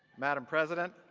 madame president,